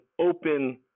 open